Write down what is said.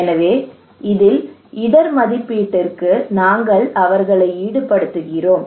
எனவே இதில் இடர் மதிப்பீட்டிற்கு நாங்கள் அவர்களை ஈடுபடுத்துகிறோம்